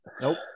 Nope